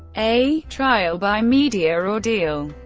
a trial by media ordeal.